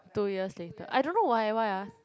two years later I don't know why eh why ah